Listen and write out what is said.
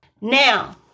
Now